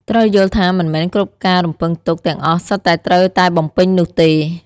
ត្រូវយល់ថាមិនមែនគ្រប់ការរំពឹងទុកទាំងអស់សុទ្ធតែត្រូវតែបំពេញនោះទេ។